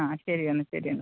ആ ശരി എന്നാൽ ശരി എന്നാൽ